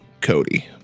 Cody